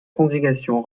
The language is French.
congrégation